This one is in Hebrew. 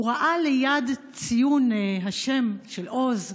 הוא ראה ליד ציון השם של עוז,